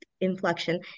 inflection